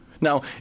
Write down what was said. Now